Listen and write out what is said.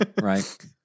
right